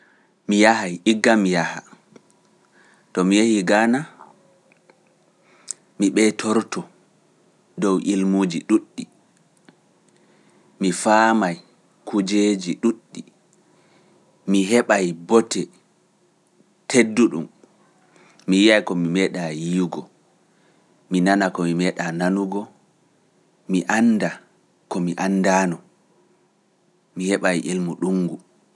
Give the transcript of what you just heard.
Mi yahay, iggan mi yaha, to mi yehii Gaana, mi ɓeitorto dow ilmuuji ɗuuɗɗi, mi faamaay kujeeji ɗuuɗɗi, mi heɓaay bote tedduɗum, mi yi'aay ko mi meeɗaay yiyugo, mi nana ko mi meeɗaay nanugo, mi annda ko mi anndaano, mi heɓaay ilmu ɗungu.